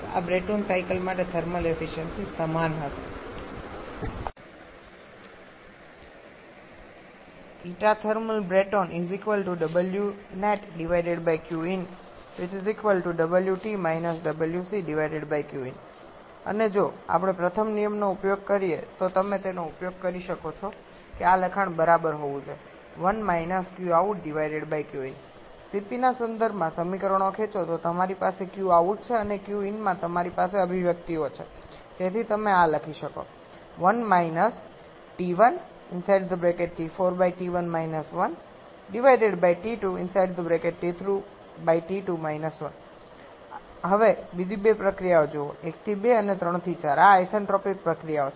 આ Brayton cycle માટે thermal efficiency સમાન હશે અને જો આપણે પ્રથમ નિયમનો ઉપયોગ કરીએ તો તમે તેનો ઉપયોગ કરી શકો છો કે આ લખાણ બરાબર હોવું જોઈએ cp ના સંદર્ભમાં સમીકરણો ખેંચો તો તમારી પાસે qout છે અને qin માં તમારી પાસે અભિવ્યક્તિઓ છે જેથી તમે આ લખી શકો હવે બીજી બે પ્રક્રિયાઓ જુઓ 1 થી 2 અને 3 થી 4 આ આઇસેન્ટ્રોપિક પ્રક્રિયાઓ છે